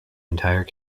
entire